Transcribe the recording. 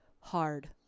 hard